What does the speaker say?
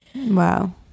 Wow